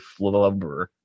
flubber